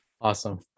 Awesome